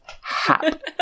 hap